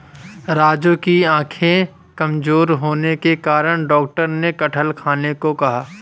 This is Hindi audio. राजू की आंखें कमजोर होने के कारण डॉक्टर ने कटहल खाने को कहा